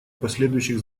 последующих